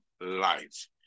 life